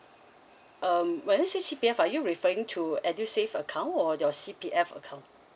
um but this C_P_F are you referring to edusave account or your C_P_F account